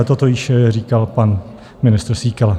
Toto již říkal pan ministr Síkela.